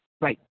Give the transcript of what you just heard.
right